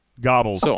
Gobbles